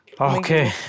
Okay